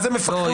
נניח שגבר נפטר,